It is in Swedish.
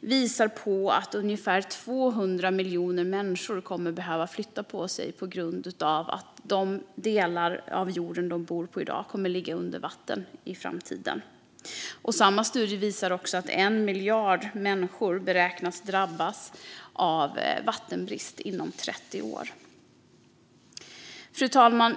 visar att ungefär 200 miljoner människor kommer att behöva flytta på grund av att de delar av jorden där de bor i dag kommer att ligga under vatten i framtiden. Samma studie visar också att 1 miljard människor beräknas drabbas av vattenbrist inom 30 år. Fru talman!